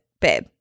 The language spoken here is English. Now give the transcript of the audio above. babe